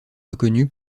reconnu